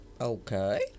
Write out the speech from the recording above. Okay